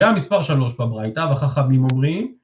היה מספר שלוש בברייטה, וחכמים אומרים...